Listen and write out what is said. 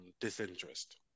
disinterest